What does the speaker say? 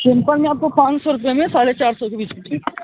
simple में आपको पाँच सौ रुपये में साढ़े चार सौ के बीच में मिलेगी